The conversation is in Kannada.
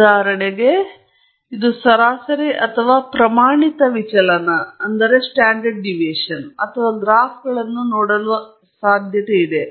ಉದಾಹರಣೆಗೆ ಇದು ಸರಾಸರಿ ಅಥವಾ ಪ್ರಮಾಣಿತ ವಿಚಲನ ಅಥವಾ ಗ್ರ್ಯಾಫ್ಗಳನ್ನು ನೋಡುವ ಸಾಧ್ಯತೆ ಇದೆ